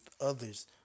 others